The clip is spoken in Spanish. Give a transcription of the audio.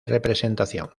representación